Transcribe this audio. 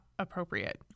appropriate